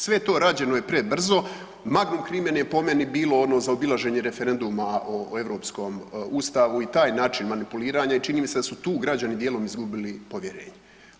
Sve to rađeno je prebrzo, magnum crimen je po meni bilo ono zaobilaženje o europskom ustavu i taj način manipuliranja i čini mi se da su tu građani dijelom izgubili povjerenje.